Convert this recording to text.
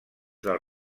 del